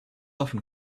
often